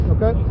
Okay